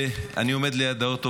אני עומד ליד האוטו,